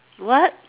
what